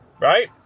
right